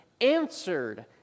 answered